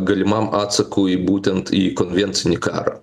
galimam atsakui būtent į konvencinį karą